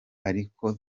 ariko